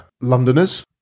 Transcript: Londoners